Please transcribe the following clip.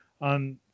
on